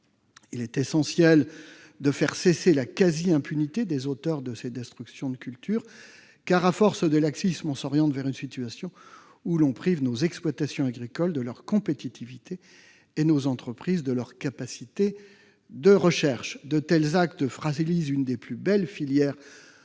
Il est essentiel de faire cesser la quasi-impunité des auteurs de ces destructions de cultures : à force de laxisme, on s'oriente vers une situation privant les exploitations agricoles de leur compétitivité et nos entreprises de leurs capacités de recherche. De tels actes fragilisent l'une des plus belles filières de semences